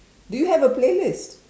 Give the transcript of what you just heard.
do you have a playlist